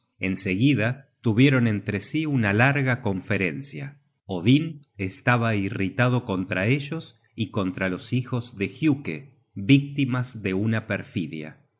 seguida tuvieron entre sí una larga conferencia odin estaba irritado contra ellos y contra los hijos de giuke víctimas de una perfidia